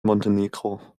montenegro